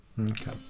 Okay